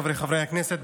חבריי חברי הכנסת,